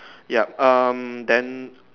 yup um then